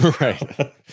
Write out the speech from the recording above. Right